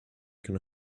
can